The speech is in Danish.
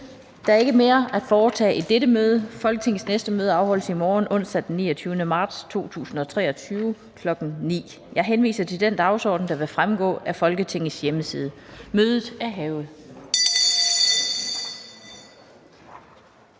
Der er ikke mere at foretage i dette møde. Folketingets næste møde afholdes i morgen, onsdag den 29. marts 2023, kl. 9.00. Jeg henviser til den dagsorden, der vil fremgå af Folketingets hjemmeside. Mødet er hævet.